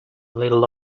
little